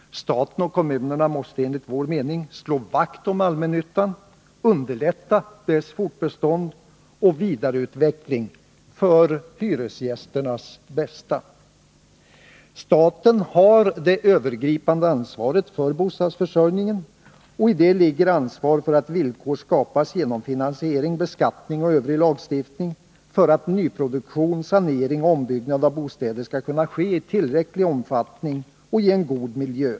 Staten och kommunerna måste, enligt vår mening, slå vakt om allmännyttan, underlätta dess fortbestånd och vidareutveckling för hyresgästernas bästa. Staten har det övergripande ansvaret för bostadsförsörjningen. I detta ligger ansvar för att villkor skapas genom finansiering, beskattning och övrig lagstiftning, för att nyproduktion, sanering och ombyggnad av bostäder skall kunna ske i tillräcklig omfattning och ge en god miljö.